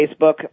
Facebook